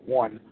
one